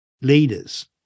leaders